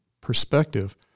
perspective